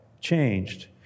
changed